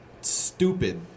stupid